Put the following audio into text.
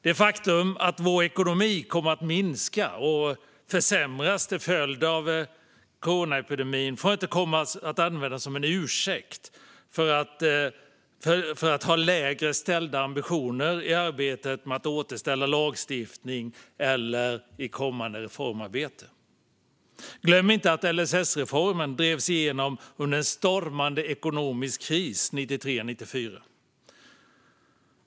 Det faktum att vår ekonomi kommer att minska och försämras till följd av coronapandemin får inte komma att användas som en ursäkt för lägre ställda ambitioner i arbetet med att återställa lagstiftning eller i kommande reformarbete. Glöm inte att LSS-reformen drevs igenom under en stormande ekonomisk kris 1993-1994!